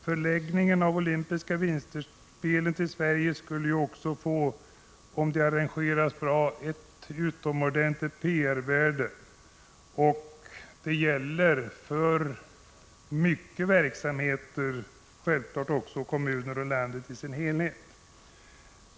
Förläggningen av olympiska vinterspelen till Sverige skulle, om de arrangeras bra, få ett utomordentligt PR-värde. Det skulle vara av stort värde för många verksamheter, självfallet också för kommuner och för landet i dess helhet.